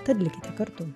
tad likite kartu